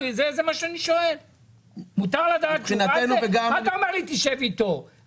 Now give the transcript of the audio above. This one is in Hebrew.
אתה אומר לי שתשב אתו,